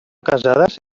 casades